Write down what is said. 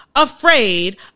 Afraid